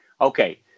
okay